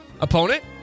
opponent